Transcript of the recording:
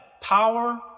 power